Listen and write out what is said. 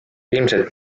ilmselt